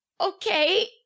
Okay